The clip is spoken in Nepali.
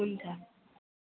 हुन्छ